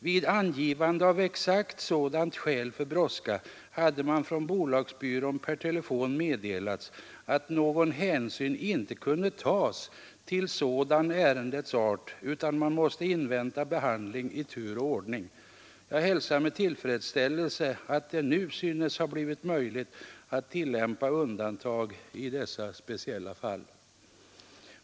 Vid angivande av exakt sådant skäl för brådska hade det från bolagsbyrån per telefon meddelats att någon hänsyn inte kunde tas till ärendets art utan att man måste invänta behandling i tur och ordning. Jag hälsar med tillfredsställelse att det nu synes ha blivit möjligt att tillämpa undantag i dessa speciella fall.